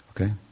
Okay